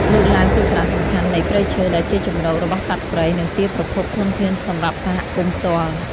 លើកឡើងពីសារៈសំខាន់នៃព្រៃឈើដែលជាជម្រករបស់សត្វព្រៃ និងជាប្រភពធនធានសម្រាប់សហគមន៍ផ្ទាល់។